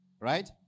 right